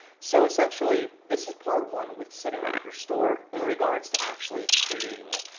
so essentially this is part one with setting up your store in regards to actually creating it.